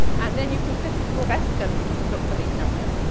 and then you can sit at your desk and look for these numbers.